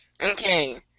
Okay